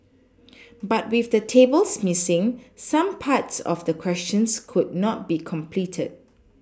but with the tables Missing some parts of the questions could not be completed